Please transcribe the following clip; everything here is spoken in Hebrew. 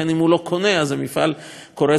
המפעל קורס אוטומטית.